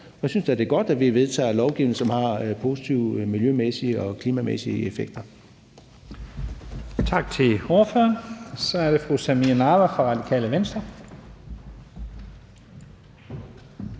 Og jeg synes da, det er godt, at vi vedtager lovgivning, som har positive miljømæssige og klimamæssige effekter.